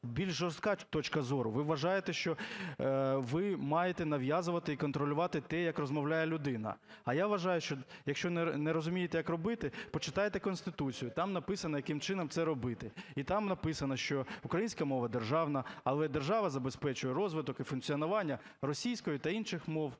більш жорстка точка зору, ви вважаєте, що ви маєте нав'язувати і контролювати те, як розмовляє людина. А я вважаю, що якщо не розумієте, як робити, почитайте Конституцію, там написано, яким чином це робити, і там написано, що українська мова – державна, але держава забезпечує розвиток і функціонування російської та інших мов